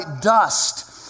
dust